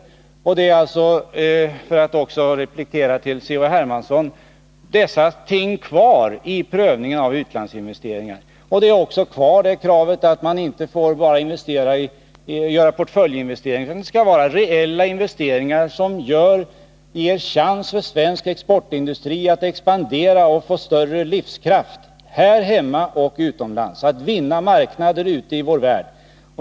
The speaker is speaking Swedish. Dessa ting är alltså — för att även replikera till Carl-Henrik Hermansson — kvar i prövningen av utlandsinvesteringarna. Kvar är också kravet att man inte får göra portföljinvesteringar. Det skall i stället vara reella investeringar som ger svensk exportindustri chansen att expandera och få större livskraft både här hemma och utomlands samt att vinna marknader ute i vår värld.